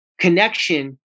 connection